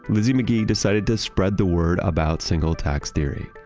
lizzie mcgee decided to spread the word about single tax theory.